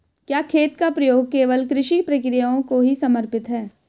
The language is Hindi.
क्या खेत का प्रयोग केवल कृषि प्रक्रियाओं को ही समर्पित है?